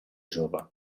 jove